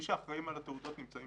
ראשוני אמור להיות